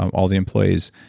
um all the employees,